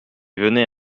venait